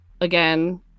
again